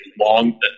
long –